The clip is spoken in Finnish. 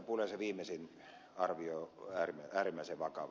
pulliaisen viimeisin arvio on äärimmäisen vakava